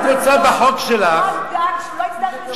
שלא יצטרך,